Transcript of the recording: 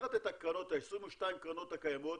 לקחת את ה-22 קרנות הקיימות,